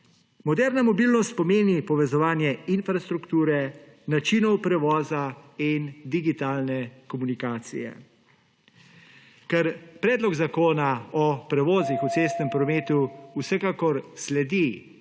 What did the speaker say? Moderna mobilnost pomeni povezovanje infrastrukture, načinov prevoza in digitalne komunikacije. Ker predlog zakona o prevozih v cestnem prometu vsekakor sledi